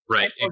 Right